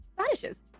vanishes